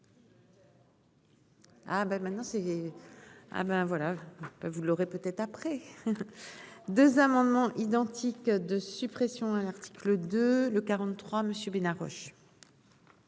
Ah ben maintenant c'est, ah ben voilà. Vous l'aurez peut-être après. 2 amendements identiques de suppression à l'article 2, le 43 Monsieur Bénard Roche.